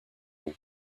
rond